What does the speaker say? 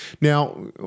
Now